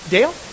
Dale